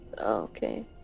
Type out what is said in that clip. Okay